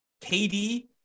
KD